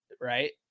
Right